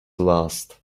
last